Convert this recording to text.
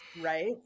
right